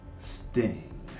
sting